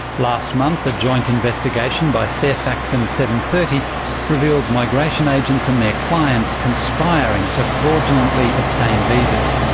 last month a joint investigation by fairfax and seven. thirty revealed migration agents and their clients conspiring to fraudulently obtain visas.